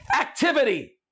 activity